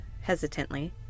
hesitantly